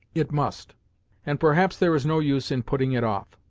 it must and perhaps there is no use in putting it off.